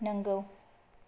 नंगौ